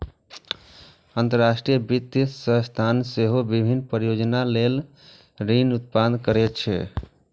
अंतरराष्ट्रीय वित्तीय संस्थान सेहो विभिन्न परियोजना लेल ऋण प्रदान करै छै